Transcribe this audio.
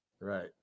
right